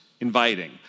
inviting